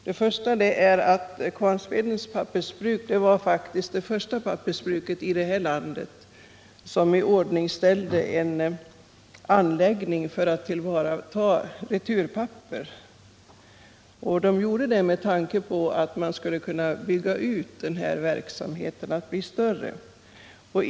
Det första är att Kvarnsvedens Pappersbruk faktiskt var det första pappersbruk i Sverige som iordningställde en anläggning för att tillvarata returpapper. Man gjorde det med tanke på att man skulle kunna bygga ut denna verksamhet.